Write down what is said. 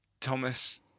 Thomas